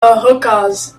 hookahs